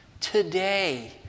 Today